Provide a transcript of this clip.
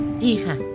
Hija